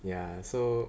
ya so